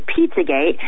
Pizzagate